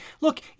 look